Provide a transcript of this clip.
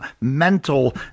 mental